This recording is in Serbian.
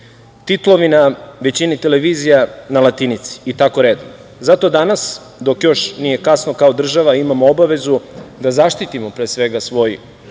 Titlovi na većini televizija na latinici i tako redom. Zato danas dok još nije kasno kao država, imamo obavezu da zaštitimo, pre svega, svoj